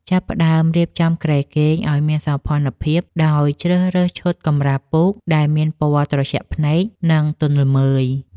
ចាប់ផ្ដើមរៀបចំគ្រែគេងឱ្យមានសោភ័ណភាព ដោយជ្រើសរើសឈុតកម្រាលពូកដែលមានពណ៌ត្រជាក់ភ្នែក និងទន់ល្មើយ។